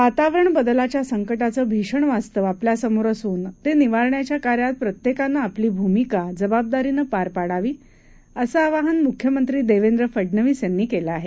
वातावरण बदलाच्या संकटाचं भीषण वास्तव आपल्या समोर असून ते निवारण्याच्या कार्यात प्रत्येकानं आपली भूमिका जबाबदारीने पार पाडावी असं आवाहन मुख्यमंत्री देवेंद्र फडनवीस यांनी केलं आहे